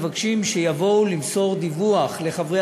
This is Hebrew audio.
וגם אם הם מתבצעים אנחנו מבקשים בוועדה שיבואו למסור דיווח לחברי